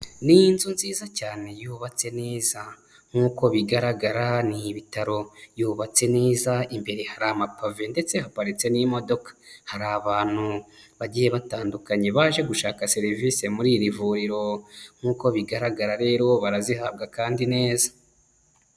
Ni inzu nziza cyane yubatse neza nk'uko bigaragara ni ibitaro, yubatse neza imbere hari amapave ndetse haparitse n'imodoka, hari abantu bagiye batandukanye baje gushaka serivisi muri iri vuriro nk'uko bigaragara rero barazihabwa kandi neza.